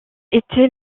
était